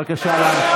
בבקשה להמשיך.